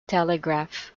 telegraph